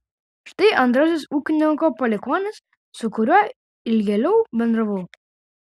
štai antrasis ūkininko palikuonis su kuriuo ilgėliau bendravau